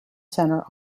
center